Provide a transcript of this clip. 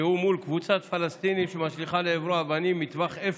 כשהוא מול קבוצת פלסטינים שמשליכה לעברו אבנים מטווח אפס.